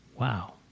Wow